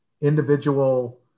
individual